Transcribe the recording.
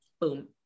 Boom